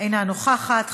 אינה נוכחת,